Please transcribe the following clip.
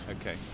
Okay